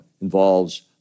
involves